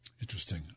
Interesting